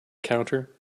counter